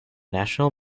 national